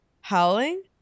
howling